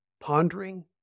pondering